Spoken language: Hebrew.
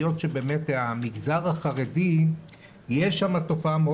היות שבאמת במגזר החרדי יש תופעה מאוד